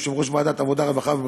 יושב-ראש ועדת העבודה,